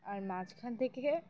আর মাঝখান থেকে